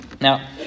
Now